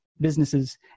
businesses